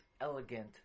elegant